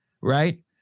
Right